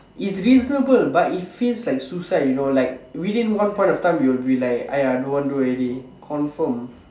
it's reasonable but it feels like suicide you know like within one point of time you'll be like !aiya! don't want do already confirm